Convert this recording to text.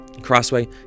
Crossway